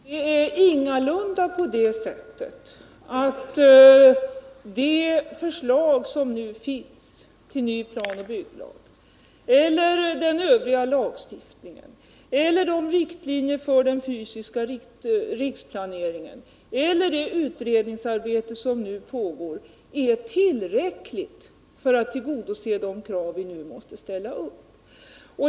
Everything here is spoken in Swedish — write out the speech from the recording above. Herr talman! Det är ingalunda på det sättet att det förslag som nu finns till ny planoch bygglag eller den övriga lagstiftningen eller riktlinjerna för den fysiska riksplaneringen eller det utredningsarbete som nu pågår är tillräckligt för att tillgodose de krav vi nu måste ställa upp.